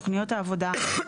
תוכניות עבודה,